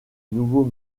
nouveau